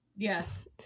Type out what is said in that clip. Yes